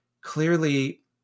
Clearly